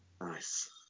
Nice